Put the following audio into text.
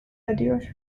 ediyor